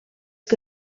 que